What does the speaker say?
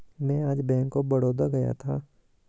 मैं आज bank of Baroda गया था